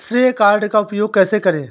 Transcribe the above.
श्रेय कार्ड का उपयोग कैसे करें?